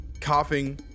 coughing